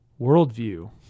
worldview